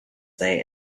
they